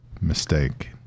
Mistake